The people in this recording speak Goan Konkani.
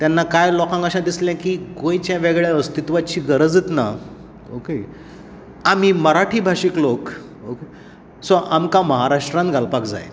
तेन्ना कांय लोकांक अशें दिसलें की गोंयच्या वेगळ्या अस्तित्वाची गरजूच ना ओके आमी मराठी भाशीक लोक सो आमकां महाराष्ट्रांत घालपाक जाय